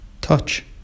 Touch